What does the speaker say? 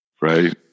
Right